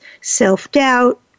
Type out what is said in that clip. self-doubt